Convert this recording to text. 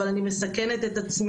אבל אני מסכנת את עצמי,